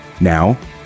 Now